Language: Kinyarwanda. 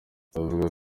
avuga